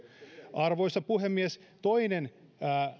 arvoisa puhemies toinen